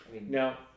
Now